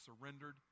surrendered